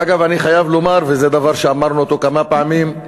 אגב, אני חייב לומר, וזה דבר שאמרנו כמה פעמים,